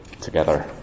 together